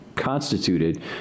constituted